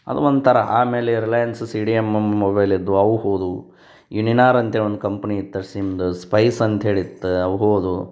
ಅದು ಒಂಥರ ಆಮೇಲೆ Reliance C D M mobile ಇದ್ದವು ಅವು ಹೋದವು ಯುನಿನಾರ್ ಅಂತೇಳಿ ಒಂದು ಕಂಪ್ನಿ ಇತ್ತು ಸಿಮ್ದು ಸ್ಪೈಸ್ ಅಂತ್ಹೇಳಿ ಇತ್ತು ಅವು ಹೋದವು